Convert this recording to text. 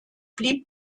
blieb